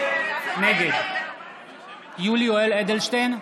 נגד יולי יואל אדלשטיין,